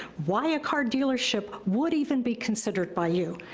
why a car dealership would even be considered by you,